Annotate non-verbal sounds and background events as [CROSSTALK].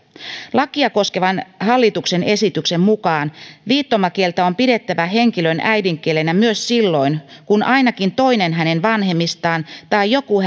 lakia koskevan hallituksen esityksen mukaan viittomakieltä on pidettävä henkilön äidinkielenä myös silloin kun ainakin toinen hänen vanhemmistaan tai joku [UNINTELLIGIBLE]